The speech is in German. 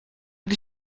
die